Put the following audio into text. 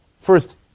first